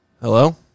Hello